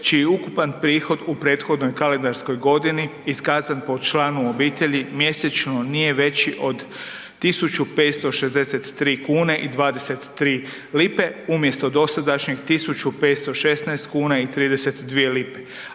čiji ukupan prihod u prethodnoj kalendarskoj godini iskazan po članu obitelji mjesečno nije veći od 1563,23 kn umjesto dosadašnjih 1516,32 kn,